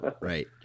Right